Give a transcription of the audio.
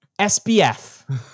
SBF